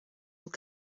will